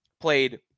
played